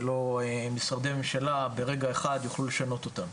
ולא משרדי הממשלה ברגע אחד יוכלו לשנות אותם,